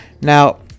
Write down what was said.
now